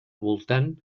voltant